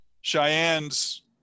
Cheyenne's